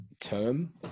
term